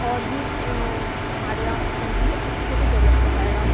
और भी हमारे या कंटी अच्छे से डेवलप कर पाएगा